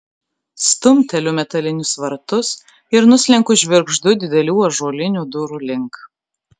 stumteliu metalinius vartus ir nuslenku žvirgždu didelių ąžuolinių durų link